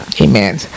Amen